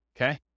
okay